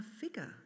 figure